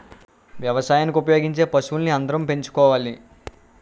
వ్యవసాయానికి ఉపయోగించే పశువుల్ని అందరం పెంచుకోవాలి